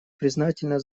признательна